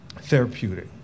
therapeutic